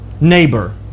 neighbor